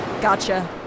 Gotcha